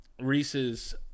Reese's